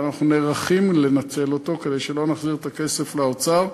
ואנחנו נערכים לנצל אותו כדי שלא נחזיר את הכסף לאוצר.